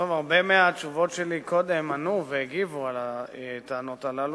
הרבה מהתשובות שלי קודם ענו והגיבו על הטענות הללו.